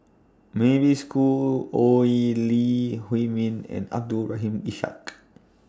Mavis Khoo Oei Lee Huei Min and Abdul Rahim Ishak